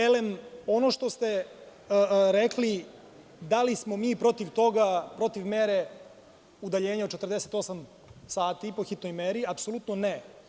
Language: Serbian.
Elem, ono što ste rekli da li smo mi protiv toga, protiv mere udaljenja od 48 sati i po hitnoj meri, apsolutno ne.